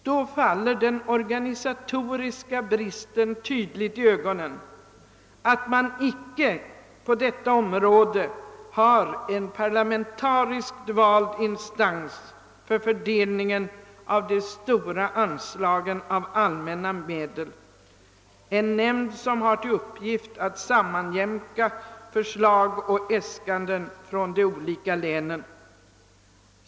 Då faller den organisatoriska bristen tydligt i ögonen: att man icke på detta område har en parlamentariskt vald instans för fördelningen av de stora anslagen av allmänna medel — en nämnd som har till uppgift att sammanjämka förslag och äskanden från de olika länen.